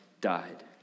died